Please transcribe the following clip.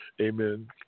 Amen